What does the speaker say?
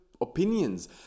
opinions